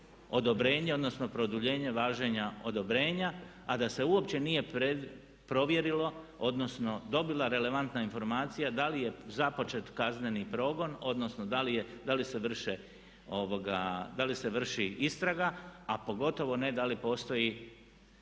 odobrenje odnosno produljenje važenja odobrenja a da se uopće provjerilo odnosno dobila relevantna informacija da li je započet kazneni progon, odnosno da li se vrši istraga, a pogotovo ne da li postoji